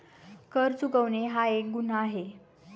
कर चुकवणे हा एक गुन्हा आहे